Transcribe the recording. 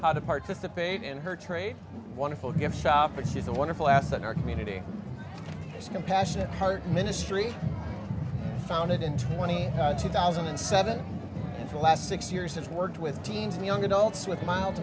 how to participate in her trade wonderful gift shop and she's a wonderful asset our community is compassionate heart ministry founded in twenty two thousand and seven and for the last six years has worked with teens and young adults with mil